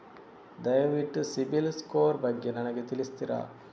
ದಯವಿಟ್ಟು CIBIL score ಬಗ್ಗೆ ನನಗೆ ತಿಳಿಸ್ತಿರಾ?